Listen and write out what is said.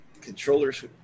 controllers